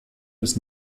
des